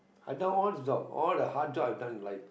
i done all the job all the hard job I've done in life